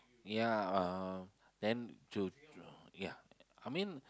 ya uh then to uh ya I mean